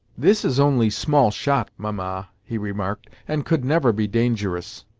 this is only small shot, mamma, he remarked, and could never be dangerous.